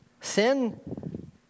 Sin